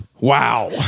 Wow